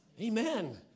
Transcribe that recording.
Amen